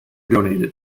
donated